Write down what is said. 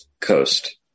Coast